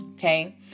Okay